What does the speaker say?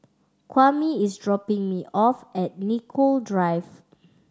Kwame is dropping me off at Nicoll Drive